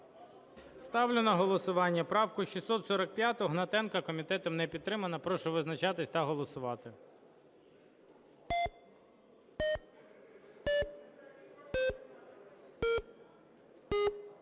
Ставлю на голосування правку 645 Гнатенка. Комітетом не підтримана. Прошу визначатись та голосувати.